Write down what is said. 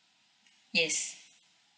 yes